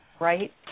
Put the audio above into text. right